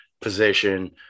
position